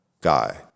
guy